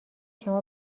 شما